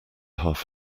half